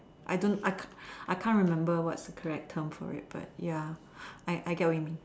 I don't I can I can't remember what is the correct term for it but ya I get what you mean